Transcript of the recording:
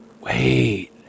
wait